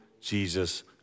Jesus